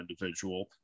individual